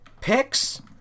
picks